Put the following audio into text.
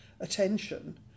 attention